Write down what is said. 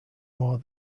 more